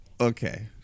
okay